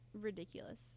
ridiculous